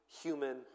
human